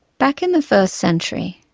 back in the first century,